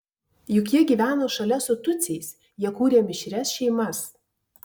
juk jie gyveno šalia su tutsiais jie kūrė mišrias šeimas